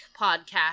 podcast